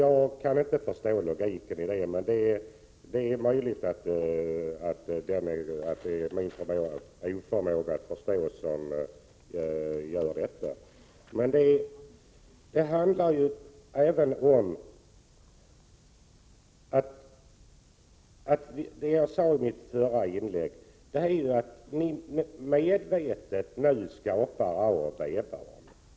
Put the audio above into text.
Jag kan inte förstå logiken i detta resonemang, men det är möjligt att det beror på min oförmåga att förstå. Jag sade i mitt förra inlägg att ni medvetet skapar A och B-barn.